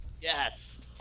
Yes